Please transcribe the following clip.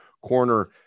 corner